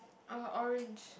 oh orange